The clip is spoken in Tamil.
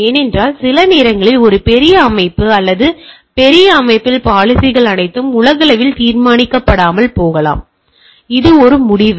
ஏனென்றால் சில நேரங்களில் ஒரு பெரிய அமைப்பு அல்லது பெரிய அமைப்பில் பாலிசிகள் அனைத்தும் உலகளவில் தீர்மானிக்கப்படாமல் போகலாம் இது ஒரு முடிவு